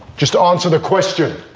just answer the question,